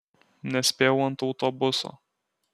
nespėjau ant autobuso